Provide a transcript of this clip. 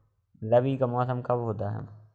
रबी का मौसम कब होता हैं?